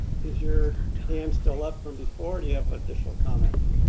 is your hand still up from before or do you have an additional comment?